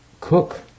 cook